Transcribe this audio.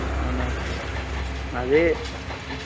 అవునా సార్ అదే